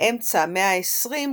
באמצע המאה ה-20,